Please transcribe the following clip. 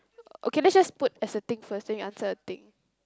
okay let's just put as a thing first then you answer the thing